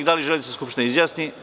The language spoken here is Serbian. Da li želite da se Skupština izjasni?